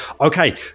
Okay